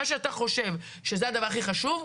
מה שאתה חושב שזה הדבר הכי חשוב,